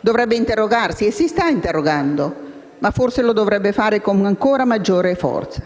dovrebbe interrogarsi e si sta interrogando. Ma forse lo dovrebbe fare con ancora maggiore forza.